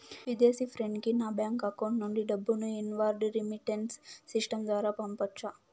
విదేశీ ఫ్రెండ్ కి నా బ్యాంకు అకౌంట్ నుండి డబ్బును ఇన్వార్డ్ రెమిట్టెన్స్ సిస్టం ద్వారా పంపొచ్చా?